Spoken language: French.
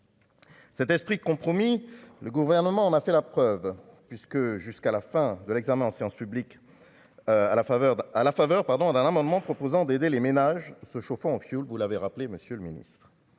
cet esprit de compromis, le gouvernement, on a fait la preuve puisque, jusqu'à la fin de l'examen en séance publique, à la faveur à la faveur, pardon, d'un amendement proposant d'aider les ménages se chauffant au fioul, vous l'avez rappelé monsieur le Ministre,